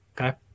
okay